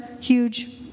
huge